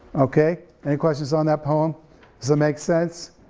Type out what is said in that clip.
okay, any questions on that poem? does it make sense?